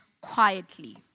quietly